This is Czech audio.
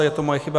Je to moje chyba.